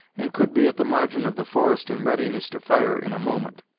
and could be at the margin of the forest in readiness to fire in a moment.